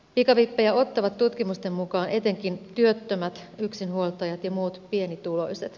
pikavippejä ottavat tutkimusten mukaan etenkin työttömät yksinhuoltajat ja muut pienituloiset